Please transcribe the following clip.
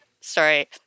Sorry